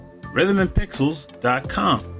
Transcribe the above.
Rhythmandpixels.com